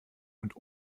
und